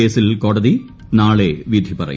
കേസിൽ കോടതി നാളെ വിധി പറയും